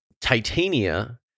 titania